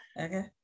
Okay